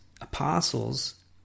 apostles